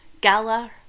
Gala